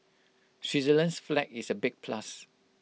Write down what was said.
Switzerland's flag is A big plus